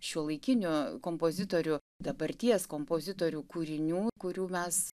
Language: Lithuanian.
šiuolaikinių kompozitorių dabarties kompozitorių kūrinių kurių mes